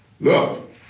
Look